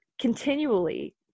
continually